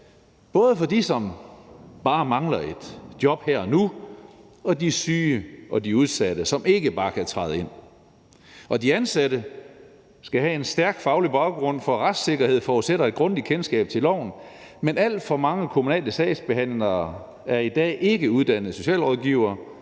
både for dem, der bare mangler et job her og nu, og for de syge og de udsatte, som ikke bare kan træde ind på arbejdsmarkedet. De ansatte skal have en stærk faglig baggrund, for retssikkerhed forudsætter et grundigt kendskab til loven, men alt for mange kommunale sagsbehandlere er i dag ikke uddannede socialrådgivere,